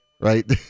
right